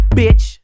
bitch